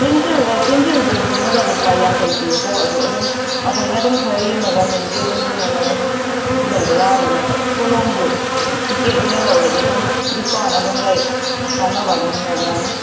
pencil ꯂꯩ pencil box ꯑꯃꯗ ꯂꯨꯄꯥ ꯌꯥꯡꯈꯩ ꯄꯤꯌꯦꯀꯣ ꯑꯗꯣ ꯑꯗꯨꯝ ꯑꯩꯈꯣꯏꯅ ꯑꯗꯨꯝ ꯈꯔ ꯌꯦꯡꯉꯒ ꯅꯣꯏꯒꯤ ꯑꯗꯨꯝ ꯌꯦꯡꯉꯒ ꯑꯗꯨꯝ ꯂꯧꯕ ꯌꯥꯒꯅꯤ ꯀꯣꯂꯣꯝꯁꯨ ꯄꯦꯛꯀꯦꯠ ꯑꯣꯏꯅ ꯂꯧꯔꯗꯤ ꯑꯗꯨꯝ ꯗꯤꯁꯀꯥꯎꯟ ꯑꯗꯨꯝ ꯂꯩ ꯀꯥꯟꯅꯕ ꯑꯗꯨꯝ ꯂꯧ ꯌꯥꯅꯤ